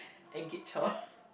engage her